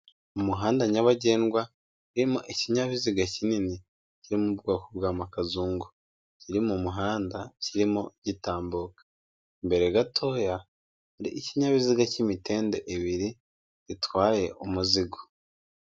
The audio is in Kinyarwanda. Umuhanda nyabagendwa urimo ikinyabiziga kinini, kiri mu bwoko bwamakazungu, kiri mu muhanda kirimo gitambuka, mbere gatoya, hari ikinyabiziga cy'imitende ibiri gitwaye umuzigo.